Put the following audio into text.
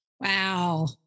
wow